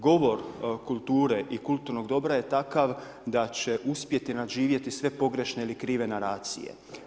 Govor kulture i kulturnog dobra je takav da će uspjeti nadživjeti sve pogrešne ili krive naracije.